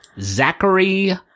Zachary